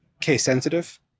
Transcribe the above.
case-sensitive